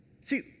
See